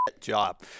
job